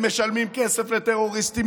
הם משלמים כסף לטרוריסטים,